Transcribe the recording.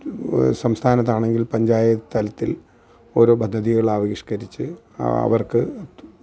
സംസ്ഥാനത്ത് ആണെങ്കില് പഞ്ചായത്ത് തലത്തില് ഓരോ പദ്ധതികൾ ആവിഷ്കരിച്ച് ആ അവര്ക്ക്